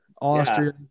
Austria